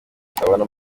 atabona